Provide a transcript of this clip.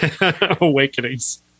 Awakenings